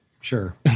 Sure